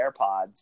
AirPods